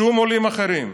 שום עולים אחרים.